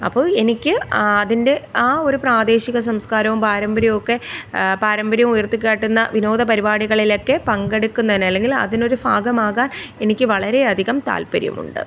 അപ്പോൾ എനിക്ക് ആ അതിൻ്റെ ആ ഒരു പ്രാദേശിക സംസ്ക്കാരവും പാരമ്പര്യവും ഒക്കെ പാരമ്പര്യം ഉയർത്തിക്കാട്ടുന്ന വിനോദ പരിപാടികളിലൊക്കെ പങ്കെടുക്കുന്നതിന് അല്ലെങ്കിൽ അതിനൊരു ഭാഗമാകാൻ എനിക്ക് വളരെയധികം താൽപര്യമുണ്ട്